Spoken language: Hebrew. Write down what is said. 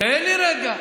תן לי רגע.